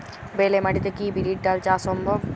বেলে মাটিতে কি বিরির ডাল চাষ সম্ভব?